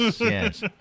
yes